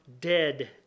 dead